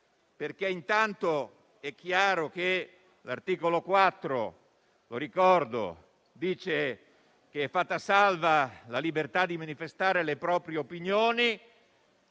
pericoli, ma non è così. L'articolo 4 - lo ricordo - dice che è fatta salva la libertà di manifestare le proprie opinioni.